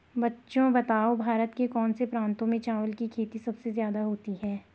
बच्चों बताओ भारत के कौन से प्रांतों में चावल की खेती सबसे ज्यादा होती है?